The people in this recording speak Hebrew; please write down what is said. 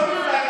קח עוד רבע שעה,